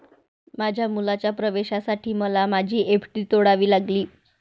माझ्या मुलाच्या प्रवेशासाठी मला माझी एफ.डी तोडावी लागली